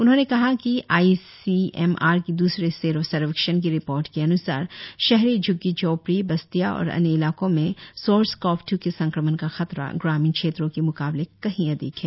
उन्होंने कहा कि आईसीएमआर की दूसरे सेरो सर्वेक्षण की रिपोर्ट के अन्सार शहरी झूग्गी झोपड़ी बस्तियों और अन्य इलाकों में सार्स कोव ट्र के संक्रमण का खतरा ग्रामीण क्षेत्रों के मुकाबले कही अधिक है